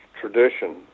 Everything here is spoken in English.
tradition